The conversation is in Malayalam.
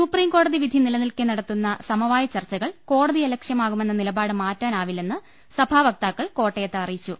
സുപ്രീംകോടതി വിധി നിലനിൽക്കെ നടത്തുന്ന സമവായ ചർച്ചകൾ കോടതിയലക്ഷ്യമാകുമെന്ന നിലപാട് മാറ്റാനാവില്ലെന്ന് സഭാ വക്താക്കൾ കോട്ടയത്ത് അറിയിച്ചു